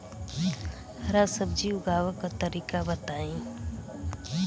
हरा सब्जी उगाव का तरीका बताई?